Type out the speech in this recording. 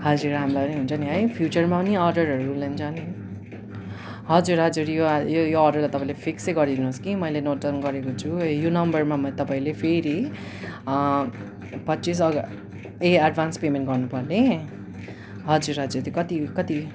हजुर हामीलाई नि हुन्छ नि है फ्युचरमा पनि अर्डरहरू लिन्छ नि हजुर हजुर यो यो अर्डर तपाईँले फिक्सै गरिदिनुहोस् कि मैले नोट डाउन गरेको छु यो नम्बरमा म तपाईँले फेरि पच्चिस अगस्त ए एडभान्स पेमेन्ट गर्नुपर्ने हजुर हजुर कति कति